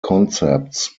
concepts